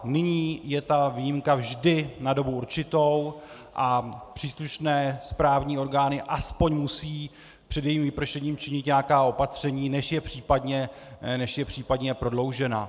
Nyní je ta výjimka vždy na dobu určitou a příslušné správní orgány aspoň musí před jejím vypršením činit nějaká opatření, než je případně prodloužena.